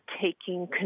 taking